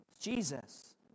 Jesus